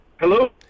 Hello